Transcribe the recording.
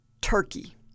turkey